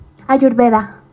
Ayurveda